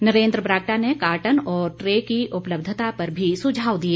नरेन्द्र बरागटा ने कार्टन और ट्रे की उपलब्धता पर भी सुझाव दिए